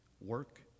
Work